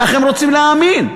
כך הם רוצים להאמין.